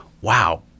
wow